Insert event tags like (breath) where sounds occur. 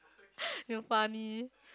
(breath) you funny